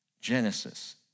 Genesis